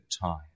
time